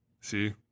See